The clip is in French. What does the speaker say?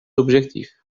objectifs